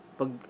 pag